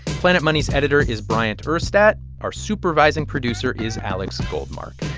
planet money's editor is bryant urstadt. our supervising producer is alex goldmark.